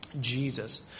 Jesus